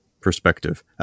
perspective